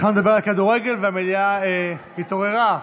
התחלת לדבר על כדורגל והמליאה התעוררה,